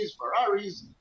Ferraris